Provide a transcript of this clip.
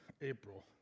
April